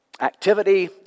activity